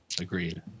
Agreed